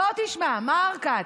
בוא תשמע, מר כץ,